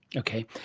okay.